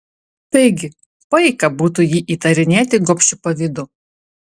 taigi paika būtų jį įtarinėti gobšiu pavydu